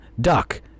Duck